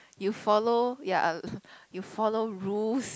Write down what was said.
you follow ya you follow rules